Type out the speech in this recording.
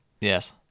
Yes